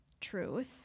truth